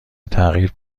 تغییر